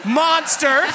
monster